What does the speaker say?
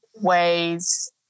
ways